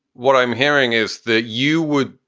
what i'm hearing is that you would.